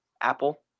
Apple